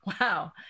wow